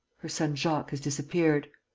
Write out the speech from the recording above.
her son jacques has disappeared.